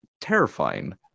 terrifying